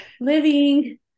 living